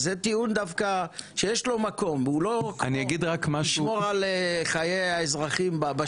אז זה טיעון דווקא שיש לו מקום והוא לא כמו לשמור על חיי האזרחים בשגרה.